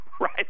right